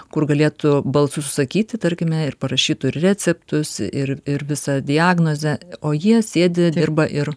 kur galėtų balsu susakyti tarkime ir parašytų ir receptus ir ir visą diagnozę o jie sėdi dirba ir